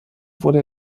wurde